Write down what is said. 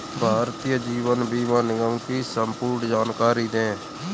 भारतीय जीवन बीमा निगम की संपूर्ण जानकारी दें?